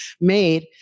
made